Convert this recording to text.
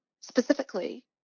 specifically